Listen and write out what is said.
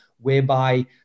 whereby